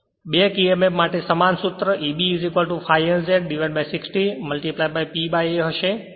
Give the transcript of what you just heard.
back emf માટે સમાન સૂત્ર Eb ∅ Z N 60 P A હશે